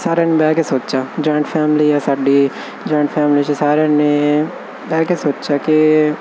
ਸਾਰਿਆਂ ਨੇ ਬਹਿ ਕੇ ਸੋਚਿਆ ਜੋਇੰਟ ਫੈਮਲੀ ਆ ਸਾਡੀ ਜੋਇੰਟ ਫੈਮਲੀ 'ਚ ਸਾਰਿਆਂ ਨੇ ਬਹਿ ਕੇ ਸੋਚਿਆ ਕਿ